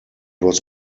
was